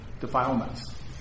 defilements